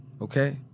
okay